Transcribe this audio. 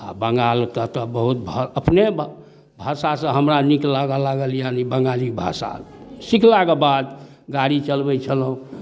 आ बंगालके तऽ बहुत भा अपने भाषासँ हमरा नीक लागय लागल यानि बंगाली भाषा सिखलाके बाद गाड़ी चलबै छलहुँ